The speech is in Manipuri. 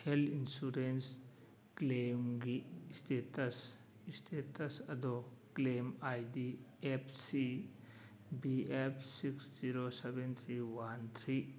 ꯍꯦꯜ ꯏꯟꯁꯨꯔꯦꯟꯁ ꯀ꯭ꯂꯦꯝꯒꯤ ꯁ꯭ꯇꯦꯇꯁ ꯁ꯭ꯇꯦꯇꯁ ꯑꯗꯣ claim I D F C B F six zero seven three one three